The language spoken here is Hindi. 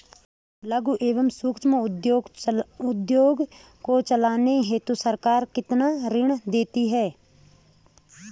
लघु एवं सूक्ष्म उद्योग को चलाने हेतु सरकार कितना ऋण देती है?